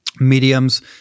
mediums